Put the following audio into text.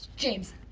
james.